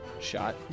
shot